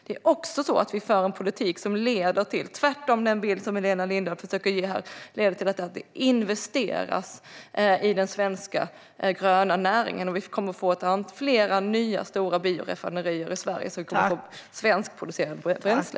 Tvärtemot den bild som Helena Lindahl försöker ge här för vi en politik som leder till att det investeras i den svenska gröna näringen. Vi kommer att få flera nya stora bioraffinaderier i Sverige så att vi kan få svenskproducerat bränsle.